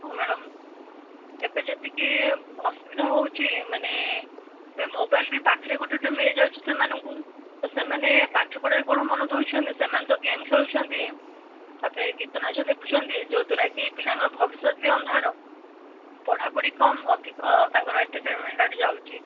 ହଁ ମ୍ୟାଡ଼ମ ଏବେ ଯେତିକି ଅସୁବିଧା ହେଉଛି ମାନେ ଏବେ ମୋବାଇଲ ବି ପାଖରେ ଗୋଟେ ଗୋଟେ ମିଳି ଯାଉଛି ସେମାନଙ୍କୁ ସେମାନେ ପାଠ ପଢ଼ାରେ କଣ ମନ ଦେଉଛନ୍ତି ସେମାନେ ତ ଗେମ୍ ଖେଳୁଛନ୍ତି ତାପରେ ଗୀତ ନାଚ ଦେଖୁଛନ୍ତି ଯଦ୍ୱାରାକି ପିଲାଙ୍କ ଭବିଷ୍ୟତ ବି ଅନ୍ଧାର ପଢ଼ାପଢ଼ି କମ ଅଧିକ ତାଙ୍କର ଏଣ୍ଟରଟେନମେଣ୍ଟ ଆଡ଼େ ଯାଉଛି